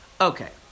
Okay